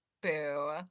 Boo